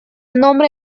nombre